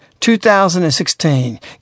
2016